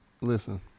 listen